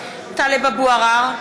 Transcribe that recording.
(קוראת בשמות חברי הכנסת) טלב אבו עראר,